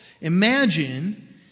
Imagine